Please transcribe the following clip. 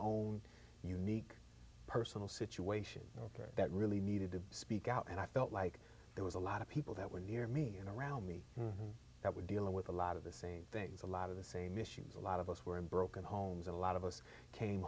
own unique personal situation ok that really needed to speak out and i felt like there was a lot of people that were near me and around me that we're dealing with a lot of the same things a lot of the same issues a lot of us were in broken homes a lot of us came